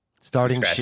Starting